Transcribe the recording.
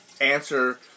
answer